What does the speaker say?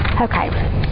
okay